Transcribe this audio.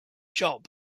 job